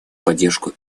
поддержку